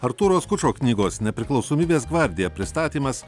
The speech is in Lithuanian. artūro skučo knygos nepriklausomybės gvardija pristatymas